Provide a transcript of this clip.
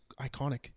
iconic